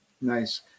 Nice